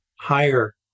higher